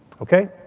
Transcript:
Okay